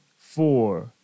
four